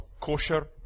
kosher